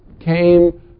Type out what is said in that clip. came